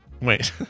wait